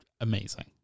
amazing